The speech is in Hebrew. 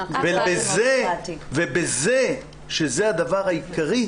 ובדבר העיקרי הזה